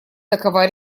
такова